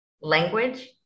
Language